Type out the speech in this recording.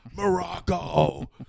Morocco